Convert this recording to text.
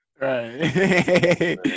Right